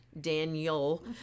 Daniel